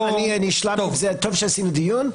טוב שעשינו דיון,